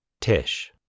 Tish